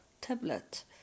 tablet